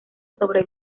sobre